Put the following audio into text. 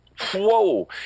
whoa